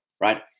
right